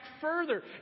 further